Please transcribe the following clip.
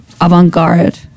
avant-garde